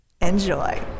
Enjoy